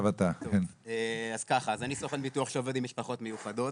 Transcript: אני סוכן ביטוח שעובד עם משפחות מיוחדות.